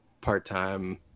part-time